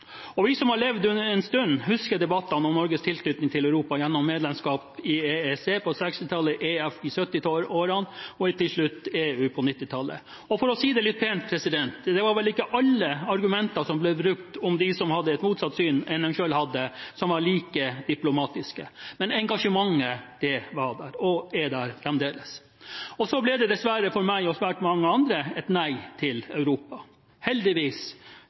organisasjon. Vi som har levd en stund, husker debattene om Norges tilknytning til Europa gjennom medlemskap i EEC på 1960-tallet, EF i 1970-årene og til slutt EU på 1990-tallet. For å si det litt pent: Det var vel ikke alle argumenter som ble brukt om dem som hadde et motsatt syn enn de selv hadde, som var like diplomatiske. Men engasjementet var der – og er der fremdeles. Så ble det dessverre for meg og svært mange andre et nei til Europa. Heldigvis